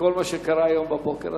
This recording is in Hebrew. וכל מה שקרה היום בבוקר,